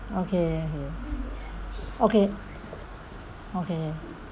okay okay okay okay